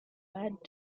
bird